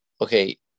okay